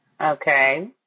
Okay